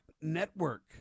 network